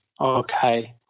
Okay